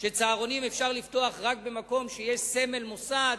שצהרונים אפשר לפתוח רק במקום שיש סמל מוסד,